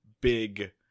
big